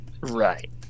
Right